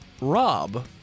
Rob